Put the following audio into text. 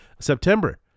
September